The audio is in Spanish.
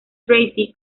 tracy